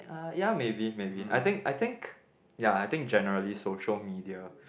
uh ya maybe maybe I think I think ya I think generally social media